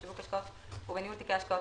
בשיווק השקעות ובניהול תיקי השקעות,